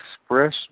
express